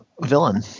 Villain